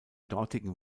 dortigen